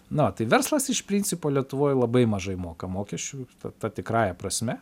na tai verslas iš principo lietuvoj labai mažai moka mokesčių ta ta tikrąja prasme